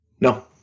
No